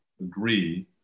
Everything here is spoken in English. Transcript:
agree